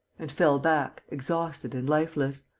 and fell back, exhausted and lifeless.